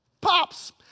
Pops